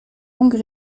longue